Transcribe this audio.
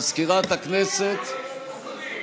מזכירת הכנסת, ממה פוחדים?